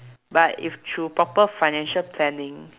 but if through proper financial planning